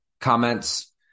comments